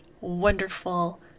wonderful